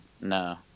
No